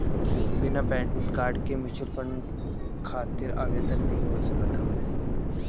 बिना PAN card के mutual fund खातिर आवेदन नाइ हो सकत हवे